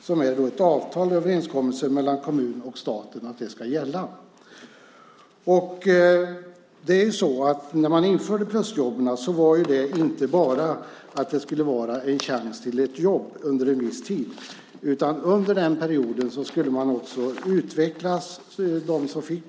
Det finns då ett avtal, en överenskommelse, mellan kommun och stat om att det ska gälla. Plusjobben skulle ju inte bara vara en chans till ett jobb under en viss tid, utan under den här perioden skulle de som fick plusjobben också utvecklas.